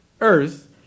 earth